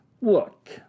Look